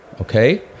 Okay